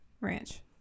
Ranch